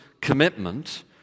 commitment